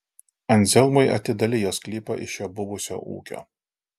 anzelmui atidalijo sklypą iš jo buvusio ūkio